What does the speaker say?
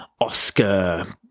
Oscar